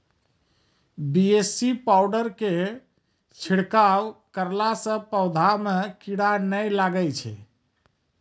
BAC powder के छिड़काव करला से पौधा मे कीड़ा नैय लागै छै?